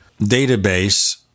database